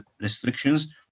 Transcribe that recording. restrictions